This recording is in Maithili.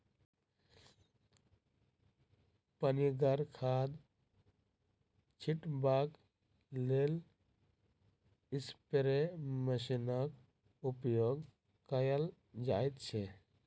पनिगर खाद छीटबाक लेल स्प्रे मशीनक उपयोग कयल जाइत छै